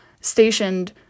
stationed